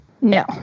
No